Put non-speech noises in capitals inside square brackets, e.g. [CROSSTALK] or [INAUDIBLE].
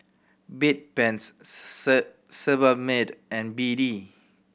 Bedpans [UNINTELLIGIBLE] Sebamed and B D